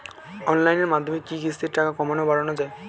অনলাইনের মাধ্যমে কি কিস্তির টাকা কমানো বাড়ানো যায়?